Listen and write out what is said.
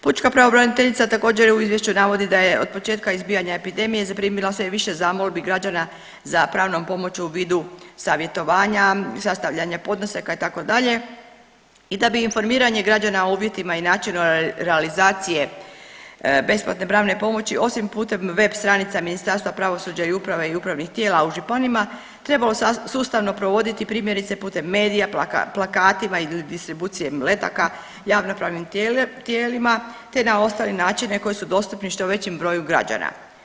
Pučka pravobraniteljica također u izvješću navodi da je od početka izbijanja epidemije zaprimila sve više zamolbi građana za pravnom pomoći u vidu savjetovanja, sastavljanja podnesaka itd. i da bi informiranje građana o uvjetima i načinu realizacije besplatne pravne pomoći osim putem web stranica Ministarstva pravosuđa i uprave i upravnih tijela u županijama trebalo sustavno provoditi primjerice putem medija, plakatima ili distribucijom letaka javnopravnim tijelima te na ostale načine koji su dostupni što većem broju građana.